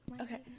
Okay